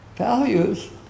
Values